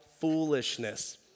foolishness